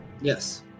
Yes